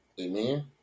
Amen